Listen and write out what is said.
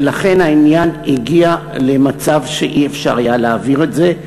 ולכן העניין הגיע למצב שלא היה אפשר להעביר את זה,